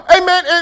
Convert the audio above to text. amen